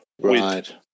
Right